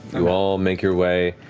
you all make your way,